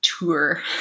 tour